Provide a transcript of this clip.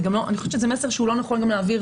אני חושבת שזה מסר שלא נכון להעביר